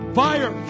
fire